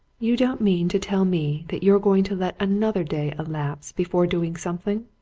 you don't mean to tell me that you're going to let another day elapse before doing something?